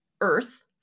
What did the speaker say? Earth